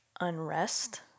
unrest